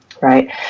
right